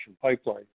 pipeline